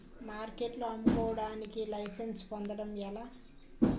మార్కెట్లో అమ్ముకోడానికి లైసెన్స్ పొందడం ఎలా?